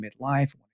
midlife